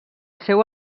seu